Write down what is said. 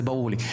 זה ברור לי.